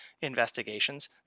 investigations